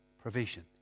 provision